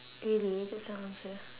really that's your answer